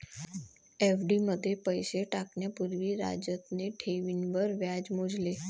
FD मध्ये पैसे टाकण्या पूर्वी राजतने ठेवींवर व्याज मोजले